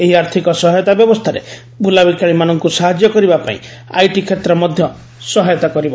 ଏହି ଆର୍ଥକ ସହାୟତା ବ୍ୟବସ୍ଥାରେ ବୁଲାବିକାଳିମାନଙ୍କୁ ସାହାଯ୍ୟ କରିବାପାଇଁ ଆଇଟି କ୍ଷେତ୍ର ମଧ୍ୟ ସହାୟତା କରିବ